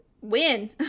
win